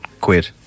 quid